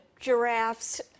giraffes